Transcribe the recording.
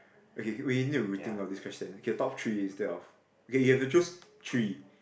okay we need to rethink of this question okay top three instead of okay you have to choose three